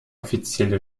offizielle